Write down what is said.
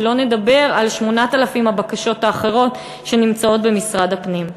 שלא לדבר על 8,000 הבקשות האחרות שנמצאות במשרד הפנים.